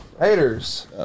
Haters